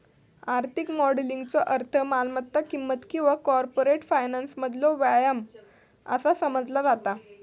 आर्थिक मॉडेलिंगचो अर्थ मालमत्ता किंमत किंवा कॉर्पोरेट फायनान्समधलो व्यायाम असा समजला जाता